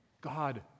God